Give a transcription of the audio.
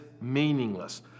Meaningless